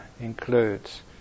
includes